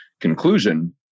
conclusion